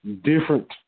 different